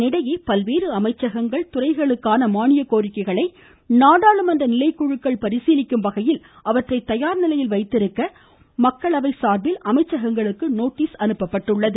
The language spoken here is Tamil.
இதனிடையே பல்வேறு அமைச்சகங்கள் துறைக்களுக்கான மானியக் கோரிக்கைகளை நாடாளுமன்ற நிலைக்குழுக்கள் பரிசீலிக்கும் வகையில் அவற்றை நிலையில் வைத்திருக்க மக்களவை அமைச்சகங்களுக்கு கயார் நோட்டிஸ் அனுப்பியுள்ளது